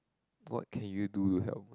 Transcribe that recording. what can you do to help